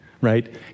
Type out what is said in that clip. right